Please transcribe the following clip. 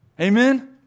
Amen